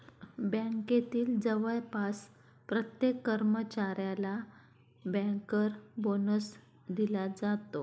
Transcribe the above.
बँकेतील जवळपास प्रत्येक कर्मचाऱ्याला बँकर बोनस दिला जातो